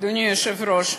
אדוני היושב-ראש,